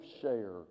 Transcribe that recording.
share